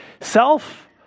self